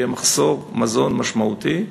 שאז יהיה מחסור משמעותי במזון,